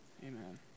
Amen